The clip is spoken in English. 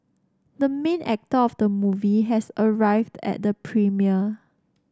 the main actor of the movie has arrived at the premiere